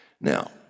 Now